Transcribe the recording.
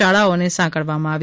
શાળાઓને સાંકળવામાં આવી